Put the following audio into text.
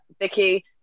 Vicky